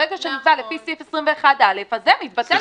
ברגע שנקבע, לפי סעיף 21א, אז זה מתבטל.